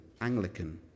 Anglican